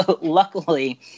luckily